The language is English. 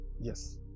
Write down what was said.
yes